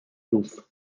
luz